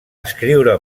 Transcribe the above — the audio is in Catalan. escriure